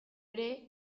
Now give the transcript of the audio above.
ere